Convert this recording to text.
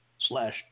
slash